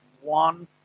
one